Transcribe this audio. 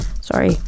Sorry